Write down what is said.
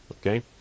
Okay